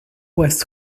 west